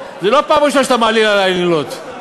זו לא הפעם הראשונה שאתה מעליל עלי עלילות.